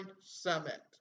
summit